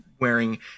wearing